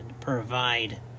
provide